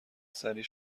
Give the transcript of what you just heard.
سریع